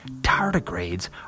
Tardigrades